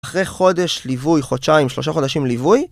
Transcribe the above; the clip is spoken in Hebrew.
אחרי חודש ליווי, חודשיים, שלושה חודשים ליווי